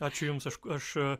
ačiū jums aš aš